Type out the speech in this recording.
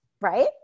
Right